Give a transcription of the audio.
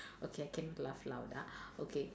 okay I cannot laugh loud ah okay